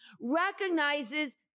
recognizes